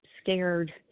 scared